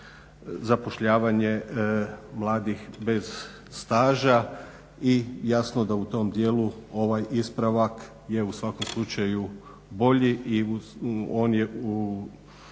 zapošljavanje mladih bez staža. I jasno da u tom dijelu ovaj ispravak je u svakom slučaju bolji i uz, on je u